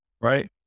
right